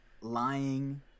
Lying